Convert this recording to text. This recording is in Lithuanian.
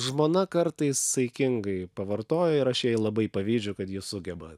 žmona kartais saikingai pavartoja ir aš jai labai pavydžiu kad ji sugeba